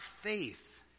faith